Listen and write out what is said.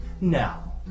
Now